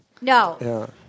No